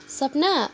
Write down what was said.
सपना